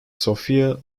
sophie